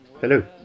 Hello